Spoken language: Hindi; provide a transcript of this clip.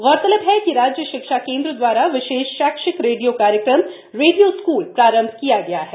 गौरतलब ह कि राज्य शिक्षा केन्द्र द्वारा विशेष शक्षिक रेडियो कार्यक्रम रेडियो स्कूल प्रारंभ किया गया है